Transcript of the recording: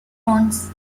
bonds